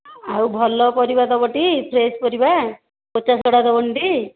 ଆଉ ଭଲ ପରିବା ଦେବଟି ଫ୍ରେସ୍ ପରିବା ପଚା ସଢ଼ା ଦେବନି ଟି